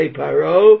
paro